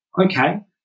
okay